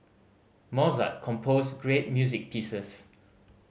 Mozart composed great music pieces